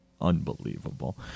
unbelievable